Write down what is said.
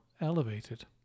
Elevated